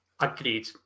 Agreed